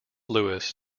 lewis